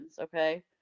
okay